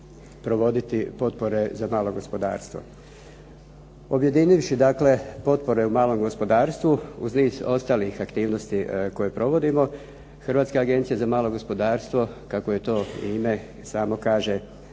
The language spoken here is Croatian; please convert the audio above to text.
provoditi potpore za malo gospodarstvo. Objedinivši dakle potpore u malom gospodarstvu uz niz ostalih aktivnosti koje provodimo Hrvatska agencija za malo gospodarstvo kako to ime samo kaže